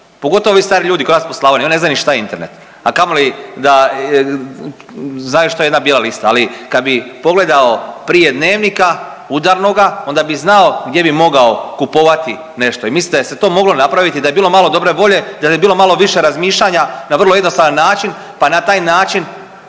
pogotovo ovi stariji ljudi kod nas po Slavoniji, oni ne znaju ni šta je internet, a kamoli da znaju šta je jedna bijela lista. Ali kad bi pogledao prije dnevnika udarnoga, onda bi znao gdje bi mogao kupovati nešto i mislim da je se to moglo napraviti da je bilo malo dobre volje, da je bilo malo više razmišljanja na vrlo jednostavan način pa na taj način